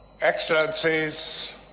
Excellencies